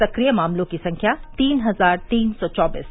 सक्रिय मामलों की संख्या तीन हजार तीन सौ चौबीस